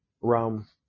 rum